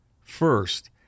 First